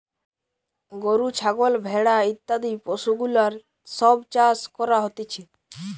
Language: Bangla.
গরু, ছাগল, ভেড়া ইত্যাদি পশুগুলার সব চাষ করা হতিছে